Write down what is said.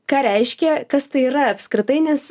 ką reiškia kas tai yra apskritai nes